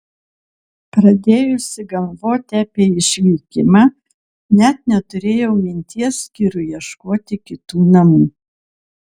pradėjusi galvoti apie išvykimą net neturėjau minties kirui ieškoti kitų namų